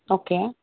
okay